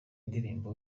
ndirimbo